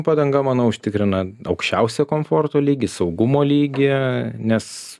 padanga manau užtikrina aukščiausią komforto lygį saugumo lygį nes